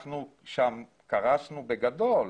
אנחנו שם קרסנו בגדול.